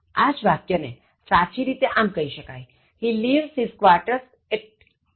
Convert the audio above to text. આ જ વાક્ય ને સાચી રીતે આમ કહી શકાય He leaves his quarters at 800 a